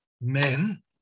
men